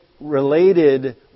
related